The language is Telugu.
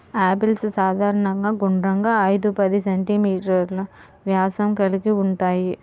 యాపిల్స్ సాధారణంగా గుండ్రంగా, ఐదు పది సెం.మీ వ్యాసం కలిగి ఉంటాయి